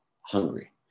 hungry